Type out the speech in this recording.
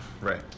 Right